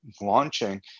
launching